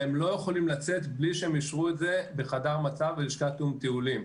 והם לא יכולים לצאת בלי שהם אישרו את זה בחדר מצב ובלשכת תיאום טיולים.